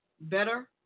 better